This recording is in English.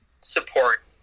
support